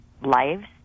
lives